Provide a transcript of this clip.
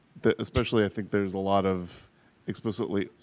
that, especially i think there's a lot of explicitly,